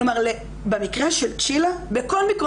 כלומר, במקרה של צ'ילה, בכל מקרי